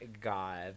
god